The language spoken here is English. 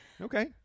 Okay